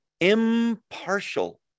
impartial